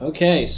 Okay